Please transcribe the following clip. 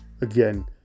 again